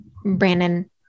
Brandon